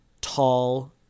tall